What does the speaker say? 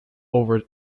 over